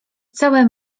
całe